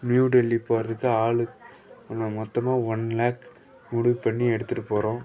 new Delhi போகிறதுக்கு ஆளுக் மொத்தமாக ஒன் லேக் முடிவு பண்ணி எடுத்துட்டுப் போகிறோம்